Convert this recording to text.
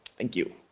thank you.